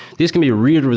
this can be really,